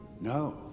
No